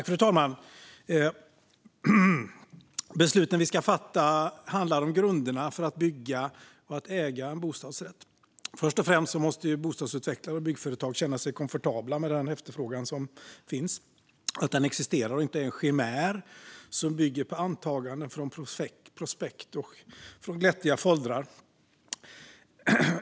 Fru talman! Besluten vi ska fatta handlar om grunderna för att bygga och äga en bostadsrätt. Först och främst måste bostadsutvecklare och byggföretag känna sig komfortabla med att den efterfrågan som finns existerar och inte är en chimär som bygger på antaganden från prospekt och glättiga foldrar.